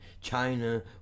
China